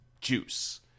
juice